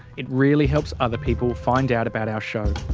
it really helps other people find out about our show.